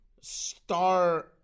star